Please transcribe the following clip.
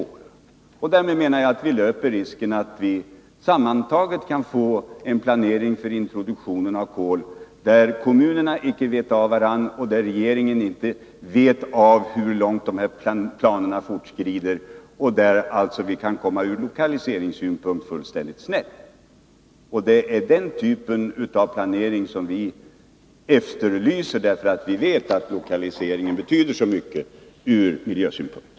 Därmed menar jag att vi löper risken att sammantaget få en planering för introduktion av kol där kommunerna icke vet av varandra och där regeringen icke vet av hur långt planerna fortskridit. Vi kan ur lokaliseringssynpunkt komma fullständigt snett. Vi efterlyser en planering, för vi vet att lokaliseringen betyder så mycket ur miljösynpunkt.